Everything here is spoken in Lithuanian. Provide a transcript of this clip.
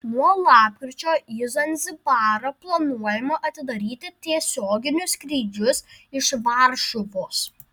nuo lapkričio į zanzibarą planuojama atidaryti tiesioginius skrydžius iš varšuvos